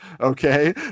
Okay